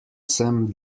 sem